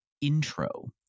intro